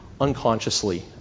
unconsciously